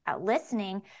listening